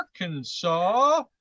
Arkansas